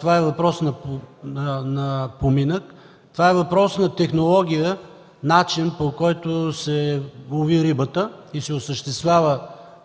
това е въпрос на поминък, това е въпрос на технология, начин, по който се лови рибата и се осъществява